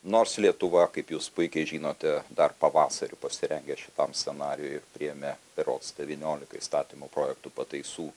nors lietuva kaip jūs puikiai žinote dar pavasarį pasirengė šitam scenarijui priėmė berods devyniolika įstatymų projektų pataisų